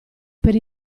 per